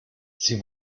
sie